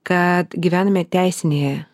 kad gyvename teisinėje